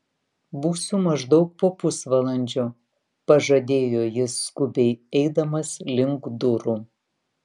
būsiu maždaug po pusvalandžio pažadėjo jis skubiai eidamas link durų